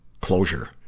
closure